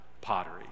pottery